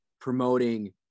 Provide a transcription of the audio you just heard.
promoting